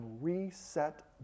reset